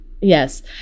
Yes